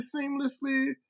seamlessly